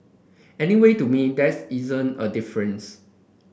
anyway to me there's isn't a difference